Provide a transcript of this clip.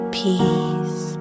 peace